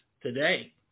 today